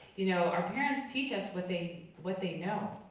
you know our parents teach us what they what they know.